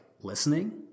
listening